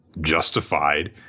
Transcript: justified